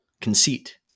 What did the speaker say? conceit